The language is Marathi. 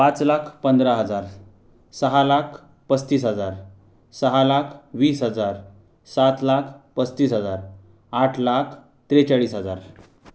पाच लाख पंधरा हजार सहा लाख पस्तीस हजार सहा लाख वीस हजार सात लाख पस्तीस हजार आठ लाख त्रेचाळीस हजार